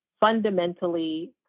fundamentally